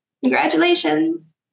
Congratulations